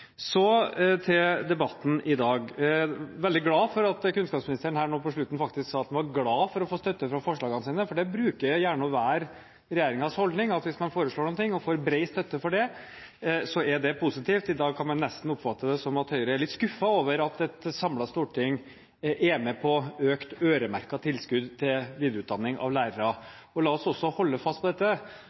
Så til debatten i dag. Jeg er veldig glad for at kunnskapsministeren på slutten sa at han var glad for å få støtte for forslagene sine. Det pleier gjerne å være regjeringens holdning at hvis man foreslår noe og får bred støtte for det, er det positivt. I dag kan man nesten oppfatte det som om Høyre er litt skuffet over at et samlet storting er med på økt øremerking av tilskudd til videreutdanning av lærere. La oss også holde fast på